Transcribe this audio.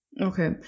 Okay